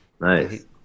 Nice